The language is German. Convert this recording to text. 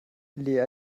lea